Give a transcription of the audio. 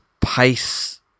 pace